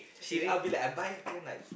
eh I be like I buy then like